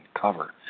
cover